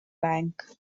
bank